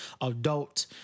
adult